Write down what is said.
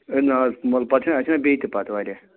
A نہٕ حظ پَتہٕ اَسہِ چھِنَہ بیٚیہِ تہٕ پَتہٕ واریاہ